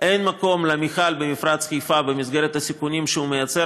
אין מקום למכל במפרץ חיפה במסגרת הסיכונים שהוא יוצר,